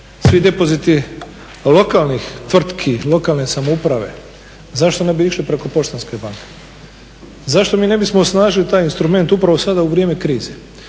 svi depoziti lokalnih tvrtki, lokalne samouprave zašto ne bi išli preko Poštanske banke? Zašto mi ne bismo osnažili taj instrument upravo sada u vrijeme krize?